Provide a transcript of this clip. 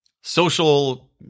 social